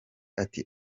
ati